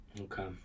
Okay